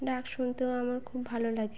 ডাক শুনতেও আমার খুব ভালো লাগে